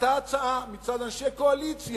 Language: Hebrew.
עלתה הצעה מצד אנשי קואליציה,